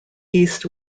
east